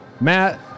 Matt